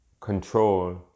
control